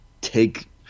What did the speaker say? take